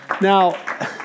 Now